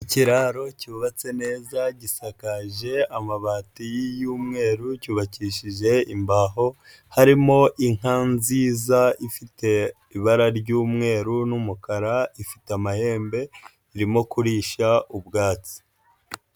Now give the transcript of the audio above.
Ikiraro cyubatse neza, gisakaje amabati y'umweru, cyubakishije imbaho, harimo inka nziza ifite ibara ry'umweru n'umukara, ifite amahembe, irimo kurisha ubwatsi.